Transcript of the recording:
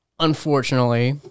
Unfortunately